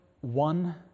one